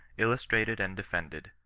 illustrated and defended.